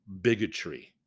bigotry